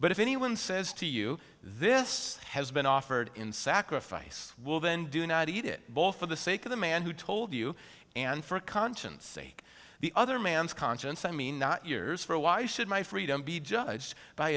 but if anyone says to you this has been offered in sacrifice will then do not eat it both for the sake of the man who told you and for conscience sake the other man's conscience i mean not yours for why should my freedom be judged by